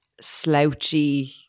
slouchy